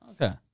Okay